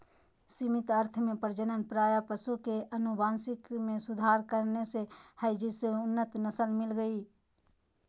सीमित अर्थ में प्रजनन प्रायः पशु के अनुवांशिक मे सुधार करने से हई जिससे उन्नत नस्ल मिल हई